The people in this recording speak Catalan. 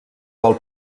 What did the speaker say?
del